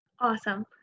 Awesome